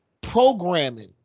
programming